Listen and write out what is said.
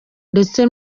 ndetse